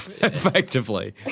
effectively